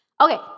Okay